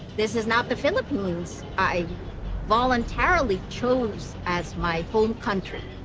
this is not the philippines i voluntarily chose as my home country.